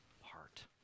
heart